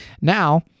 Now